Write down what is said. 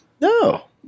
No